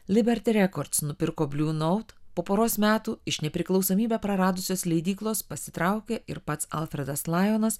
liberti rekords nupirko bliu naut po poros metų iš nepriklausomybę praradusios leidyklos pasitraukė ir pats alfredas lajonas